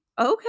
Okay